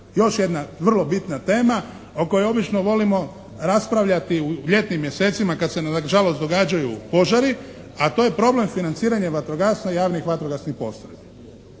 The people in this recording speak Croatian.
još jedna vrlo bitna tema o kojoj obično volimo raspravljati u ljetnim mjesecima kad se nažalost događaju požari a to je problem financiranja vatrogastva i javnih vatrogasnih postrojbi.